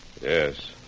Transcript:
Yes